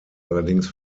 allerdings